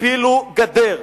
הפילו גדר,